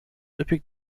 üppig